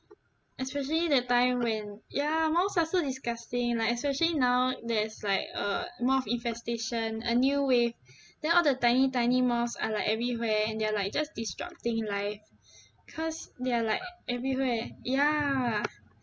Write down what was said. especially that time when ya moths are so disgusting like especially now there is like uh moth infestation a new wave then all the tiny tiny moths are like everywhere and they're like just destructing life cause they are like everywhere ya